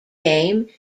game